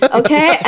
okay